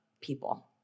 people